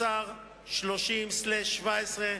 פ/1230/17.